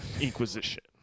Inquisition